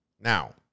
Now